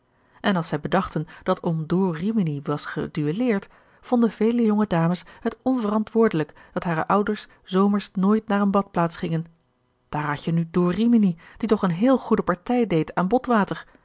en als zij bedachten dat om door rimini was geduelleerd vonden vele jonge dames het onverantwoordelijk dat hare ouders zomers nooit naar een badplaats gingen daar had je nu door rimini die toch een heel goede partij deed aan botwater